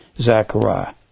Zachariah